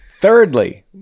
Thirdly